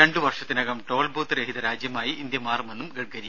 രണ്ടു വർഷത്തിനകം toll booth രഹിത രാജ്യമായി ഇന്ത്യ മാറുമെന്നും ഗഡ്കരി